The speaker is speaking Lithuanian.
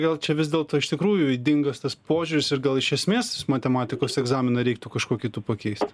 gal čia vis dėlto iš tikrųjų ydingas tas požiūris ir gal iš esmės matematikos egzaminą reiktų kažkuo kitu pakeist